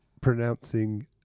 pronouncing